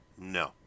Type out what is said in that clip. No